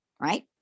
right